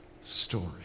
story